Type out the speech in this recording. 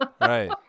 Right